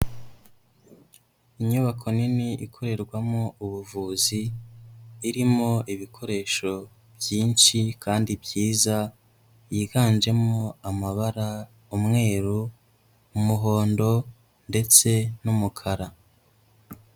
Inyubako nini ikorerwamo ubuvuzi irimo ibikoresho byinshi kandi byiza yiganjemo amabara ,umweru ,umuhondo ndetse n'umukara.